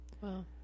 Wow